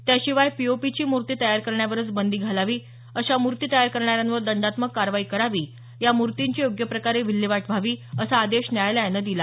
त्याशिवाय पीओपीची मूर्ती तयार करण्यावरच बंदी घालावी अशा मूर्ती तयार करण्यावर दंडात्मक कारवाई करावी या मूर्तींची योग्य प्रकारे विल्हेवाट व्हावी असा आदेश दिला